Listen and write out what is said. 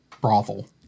brothel